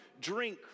drink